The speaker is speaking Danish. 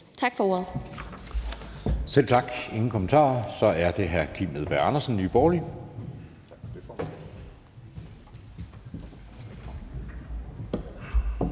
tak. Der er ingen kommentarer. Så er det hr. Kim Edberg Andersen, Nye Borgerlige.